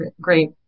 great